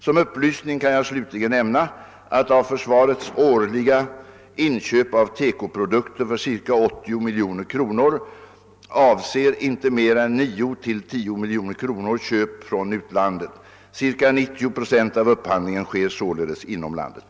Som upplysning kan jag slutligen nämna att av försvarets årliga inköp av TEKO-produkter för ca 80 miljoner kronor avser inte mer än 9—10 miljoner kronor köp från utlandet. Ca 90 procent av upphandlingen sker således inom landet.